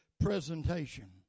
presentation